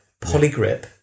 polygrip